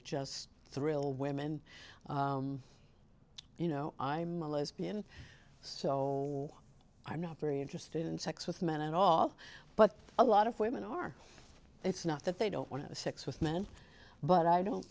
just thrill women you know i'm a lesbian so i'm not very interested in sex with men at all but a lot of women are it's not that they don't want to sex with men but i don't